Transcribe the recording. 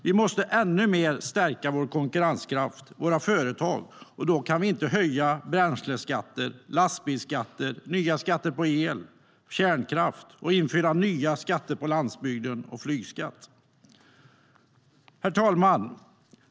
Vi måste stärka konkurrenskraften för våra företag ännu mer, och då kan vi inte höja bränsleskatter och lastbilskatter, ta ut nya skatter på el och kärnkraft eller införa nya skatter på landsbygd och flygskatt. Herr talman!